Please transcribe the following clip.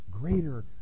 greater